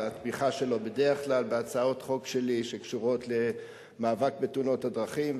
על התמיכה שלו בדרך כלל בהצעות חוק שלי שקשורות למאבק בתאונות הדרכים,